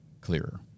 clearer